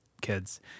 kids